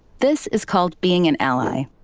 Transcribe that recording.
this is called being an ally.